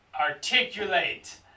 articulate